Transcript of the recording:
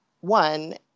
one